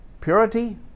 Purity